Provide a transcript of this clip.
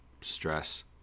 stress